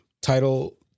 title